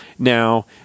Now